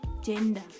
gender